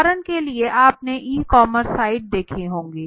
उदाहरण के लिए आपने ई कॉमर्स साइट देखी होगी